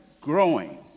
growing